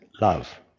love